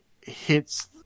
hits